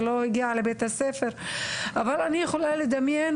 שלא הייתה מגיעה לבית הספר ואני יכולה רק לדמיין